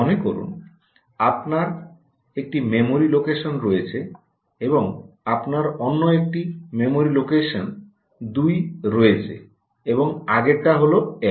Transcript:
মনে করুন আপনার একটি মেমরি লোকেশন রয়েছে এবং আপনার অন্য একটি মেমরির লোকেশন দুই রয়েছে এবং আগেরটি হল এক